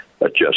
adjust